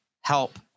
help